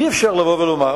אי-אפשר לבוא ולומר,